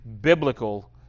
biblical